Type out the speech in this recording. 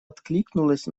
откликнулась